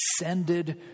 ascended